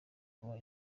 kuba